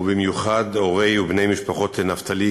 ובמיוחד הורי ובני משפחות נפתלי,